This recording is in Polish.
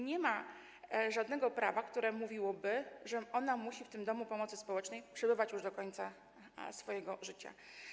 Nie ma żadnego prawa, które mówiłoby, że ona musi w tym domu pomocy społecznej przebywać już do końca swojego życia.